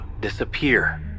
disappear